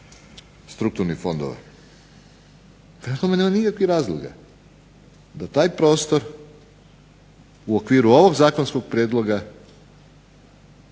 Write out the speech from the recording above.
strukturnih fondova. Prema tome, nema nikakvih razloga da taj prostor u okviru ovog zakonskog prijedloga